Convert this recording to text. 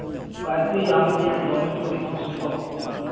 ꯄ꯭ꯔꯥꯏꯁꯇꯤ ꯌꯥꯝꯗꯤ ꯌꯥꯝꯗꯕꯅꯦ ꯐꯣꯔꯇꯤ ꯊꯥꯎꯖꯟꯀꯣ